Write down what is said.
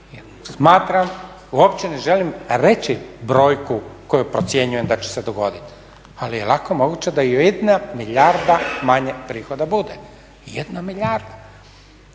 smatram uopće ne želim reći brojku koju procjenjujem da će se dogoditi, ali je lako moguće da 1 milijarda manje prihoda bude. Nek je